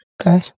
Okay